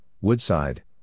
Woodside